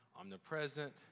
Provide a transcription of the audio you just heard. omnipresent